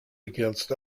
against